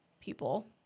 people